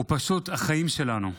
הוא פשוט החיים שלנו.